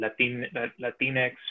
Latinx